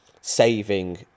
saving